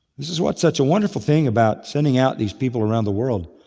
this is what's such a wonderful thing about sending out these people around the world,